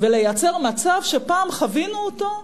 ולייצר מצב, שפעם חווינו אותו,